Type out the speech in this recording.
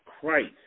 Christ